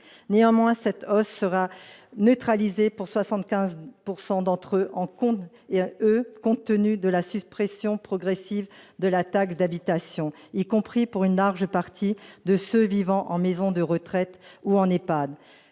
néanmoins cette hausse sera neutralisée pour 75 pourcent d'entre en compte, et eux, compte tenu de la suppression progressive de la taxe d'habitation, y compris pour une large partie de ce vivant en maison de retraite où en est